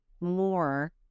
more